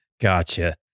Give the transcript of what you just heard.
Gotcha